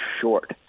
short